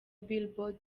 billboard